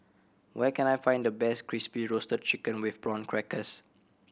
where can I find the best Crispy Roasted Chicken with Prawn Crackers